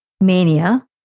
mania